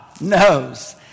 knows